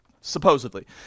supposedly